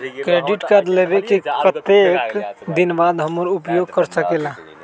Credit card लेबे के कतेक दिन बाद हम उपयोग कर सकेला?